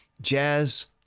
jazz